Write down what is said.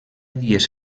dies